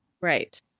Right